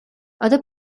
other